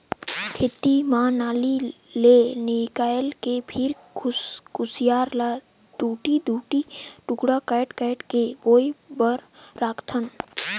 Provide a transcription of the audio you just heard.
खेत म नाली ले निकायल के फिर खुसियार ल दूढ़ी दूढ़ी टुकड़ा कायट कायट के बोए बर राखथन